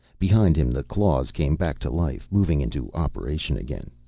behind him the claws came back to life, moving into operation again.